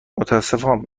متأسفم